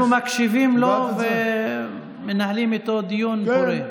ואנחנו מקשיבים לו ומנהלים איתו דיון פורה.